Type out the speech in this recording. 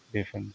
बेफोरनो